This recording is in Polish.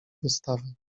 wystawy